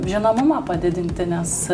žinomumą padidinti nes